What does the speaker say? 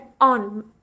on